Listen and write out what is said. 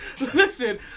Listen